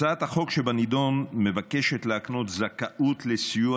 הצעת החוק שבנדון מבקשת להקנות זכאות לסיוע